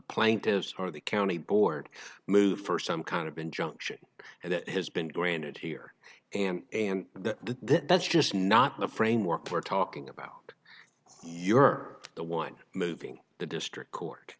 plaintiffs are the county board moved for some kind of injunction and that has been granted here and and that's just not the framework we're talking about you're the one moving the district court